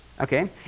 Okay